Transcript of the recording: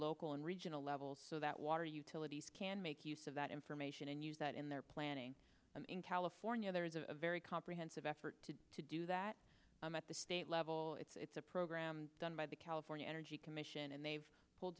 local and regional levels so that water utilities can make use of that information and use that in their planning and in california there is a very comprehensive effort to do that at the state level it's a program done by the california energy commission and they've pulled